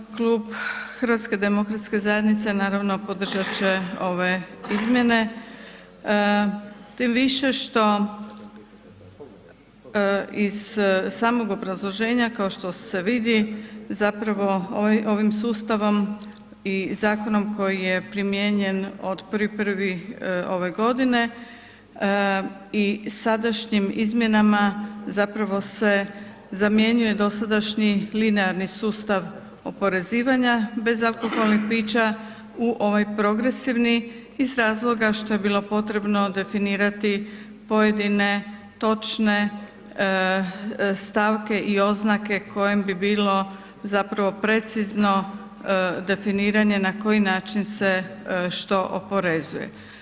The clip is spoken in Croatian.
Uvodno, klub HDZ-a naravno podržat će ove izmjene, tim više što iz samog obrazloženja kao što se vidi ovim sustavom i zakonom koji je primijenjen od 1.1. ove godine i sadašnjim izmjenama zapravo se zamjenjuje dosadašnji sustav linearni sustav oporezivanja bezalkoholnog pića u ovaj progresivni iz razloga što je bilo potrebno definirati pojedine točne stavke i oznake kojem bi bilo precizno definiranje na koji način se što oporezuje.